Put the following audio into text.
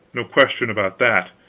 no question about that.